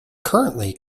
currently